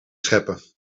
scheppen